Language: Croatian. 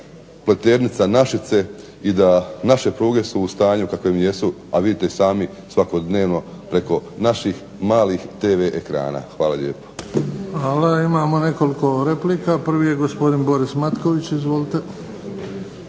Pleternica-Našice i da naše pruge su u stanju u kakvom jesu, a vidite i sami svakodnevno preko naših malih TV ekrana. Hvala lijepo. **Bebić, Luka (HDZ)** Hvala. Imamo nekoliko replika. Prvi je gospodin Boris Matković. Izvolite.